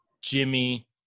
Jimmy –